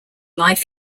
life